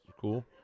cool